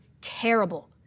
terrible